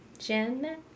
Jen